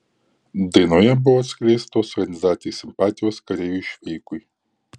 dainoje buvo atskleistos kandidatės simpatijos kareiviui šveikui